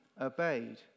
obeyed